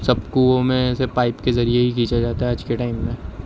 سب کنوؤں میں سے پائپ کے ذریعے ہی کھینچا جاتا ہے آج کے ٹائم میں